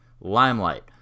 Limelight